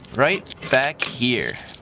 right back here.